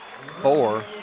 four